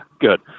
good